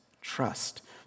trust